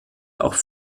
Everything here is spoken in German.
auch